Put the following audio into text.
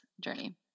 journey